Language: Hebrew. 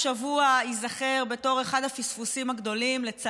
השבוע ייזכר בתור אחד הפספוסים הגדולים שלנו באופוזיציה,